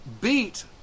beat